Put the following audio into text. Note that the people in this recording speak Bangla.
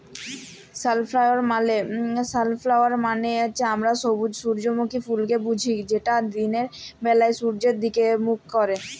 সালফ্লাওয়ার মালে আমরা সূজ্জমুখী ফুলকে বুঝি যেট দিলের ব্যালায় সূয্যের দিগে মুখ ক্যারে